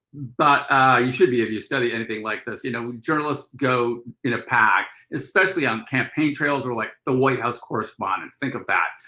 but you should be if you study anything like this, you know, journalists go in a pack, especially on campaign trails or like the white house correspondents think of that.